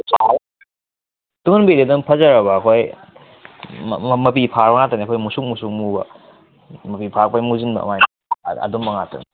ꯇꯨꯡꯍꯟꯕꯤꯁꯤ ꯑꯗꯨꯝ ꯐꯖꯔꯕ ꯑꯩꯈꯣꯏ ꯃꯄꯤ ꯐꯥꯔꯕ ꯉꯥꯛꯇꯅꯦ ꯑꯩꯈꯣꯏ ꯃꯨꯁꯨꯛ ꯃꯨꯁꯨꯛ ꯃꯨꯕ ꯃꯄꯤ ꯐꯥꯔꯛꯄꯩ ꯃꯨꯁꯤꯟꯕ ꯑꯗꯨꯃꯥꯏꯅ ꯑꯗꯨꯝꯕ ꯉꯥꯛꯇꯅꯦ